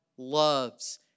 loves